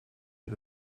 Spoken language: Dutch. met